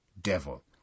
devil